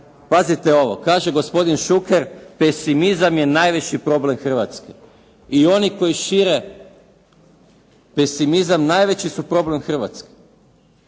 pazite ovo kaže gospodin Šuker: “Pesimizam je najveći problem Hrvatske i oni koji šire pesimizam najveći su problem Hrvatske.“